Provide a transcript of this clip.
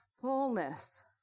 Fullness